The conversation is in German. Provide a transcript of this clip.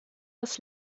das